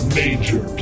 major